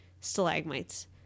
stalagmites